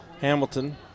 Hamilton